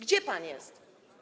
Gdzie pan jest?